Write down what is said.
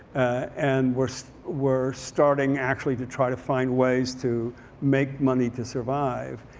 and were so were starting actually to try to find ways to make money to survive.